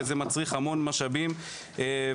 וזה מצריך המון משאבים וכוח-אדם,